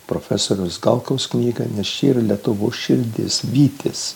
profesoriaus galkaus knyga nes čia ir lietuvos širdis vytis